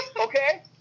okay